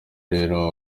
rero